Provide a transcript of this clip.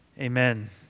Amen